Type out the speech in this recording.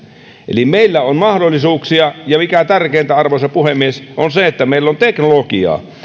eli meillä on mahdollisuuksia ja mikä tärkeintä arvoisa puhemies meillä on teknologiaa